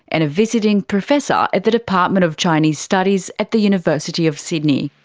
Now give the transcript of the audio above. and a visiting professor at the department of chinese studies at the university of sydney.